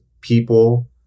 people